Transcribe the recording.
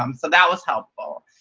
um so that was helpful.